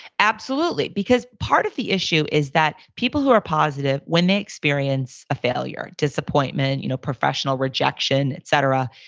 absolutely. because part of the issue is that people who are positive when they experience a failure, disappointment, you know professional rejection, et cetera.